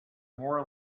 more